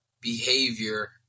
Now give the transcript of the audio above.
behavior